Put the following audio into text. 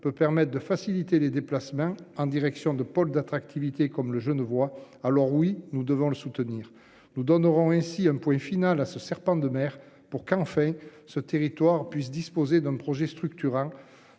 peut permettent de faciliter les déplacements en direction de pôles d'attractivité comme le Genevois. Alors oui nous devons le soutenir, nous donnerons ainsi un point final à ce serpent de mer pour qu'enfin ce territoire puissent disposer d'un projet structurant